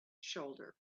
shoulder